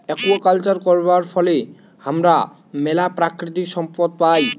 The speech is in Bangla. আকুয়াকালচার করবার ফলে হামরা ম্যালা প্রাকৃতিক সম্পদ পাই